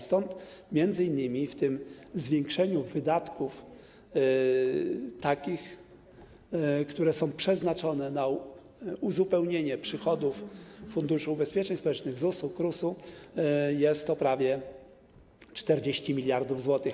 Stąd m.in. tych zwiększonych wydatków, które są przeznaczone na uzupełnienie przychodów Funduszu Ubezpieczeń Społecznych, ZUS-u, KRUS-u, jest prawie 40 mld zł.